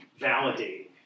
validating